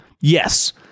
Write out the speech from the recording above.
yes